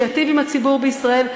שייטיב עם הציבור בישראל,